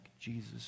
Jesus